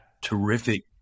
terrific